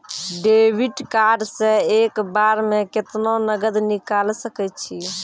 Debit card से एक बार मे केतना नगद निकाल सके छी?